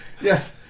yes